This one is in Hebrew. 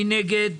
מי נגד?